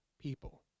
people